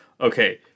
okay